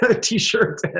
t-shirt